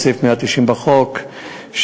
את סעיף 196 בחוק,